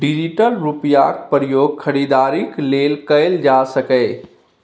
digital रुपैयाक प्रयोग खरीदारीक लेल कएल जा सकैए